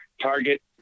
target